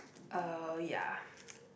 uh ya